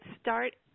start –